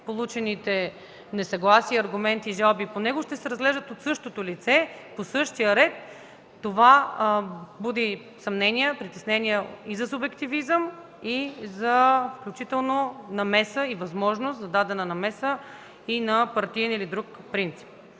получените несъгласия, аргументи и жалби по него ще се разглеждат от същото лице, по същия ред, това буди съмнения, притеснения и за субективизъм, и включително за намеса и възможност за дадена намеса и на партиен или на друг принцип.